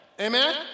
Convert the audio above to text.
Amen